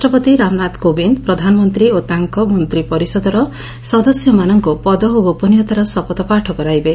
ରାଷ୍ଟ୍ରପତି ରାମନାଥ କୋବିନ୍ଦ ପ୍ରଧାନମନ୍ତୀ ଓ ତାଙ୍କ ମନ୍ତୀ ପରିଷଦର ସଦସ୍ୟମାନଙ୍କୁ ପଦ ଓ ଗୋପନୀୟତାର ଶପଥପାଠ କରାଇବେ